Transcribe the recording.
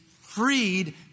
freed